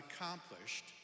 accomplished